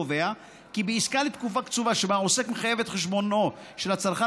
קובע כי בעסקה לתקופה קצובה שבה העוסק מחייב את חשבונו של הצרכן